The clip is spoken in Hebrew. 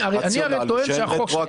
--- רציונל שהן רטרואקטיביות.